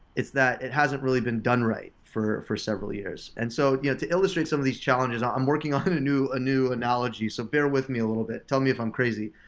it's that it hasn't really been done right for for several years. and so yeah to illustrate some of these challenges, ah i'm working ah kind of a new analogy, so bear with me a little bit. tell me if i'm crazy.